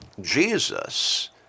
Jesus